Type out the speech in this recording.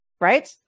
right